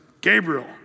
Gabriel